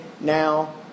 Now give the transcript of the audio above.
now